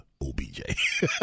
OBJ